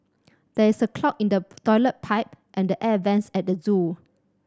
there is a clog in the toilet pipe and the air vents at the zoo